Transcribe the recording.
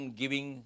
giving